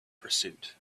pursuit